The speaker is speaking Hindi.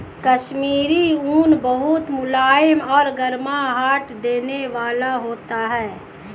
कश्मीरी ऊन बहुत मुलायम और गर्माहट देने वाला होता है